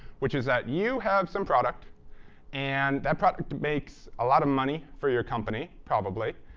which is that you have some product and that product makes a lot of money for your company, probably,